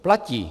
Platí.